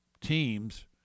teams